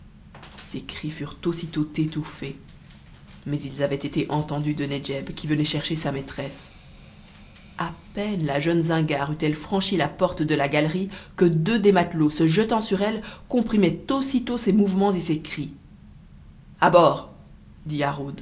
cris furent aussitôt étouffés mais ils avaient été entendus de nedjeb qui venait chercher sa maîtresse a peine la jeune zingare eut-elle franchi la porte de la galerie que deux des matelots se jetant sur elle comprimaient aussitôt ses mouvements et ses cris a bord